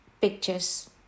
pictures